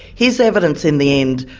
his evidence in the end,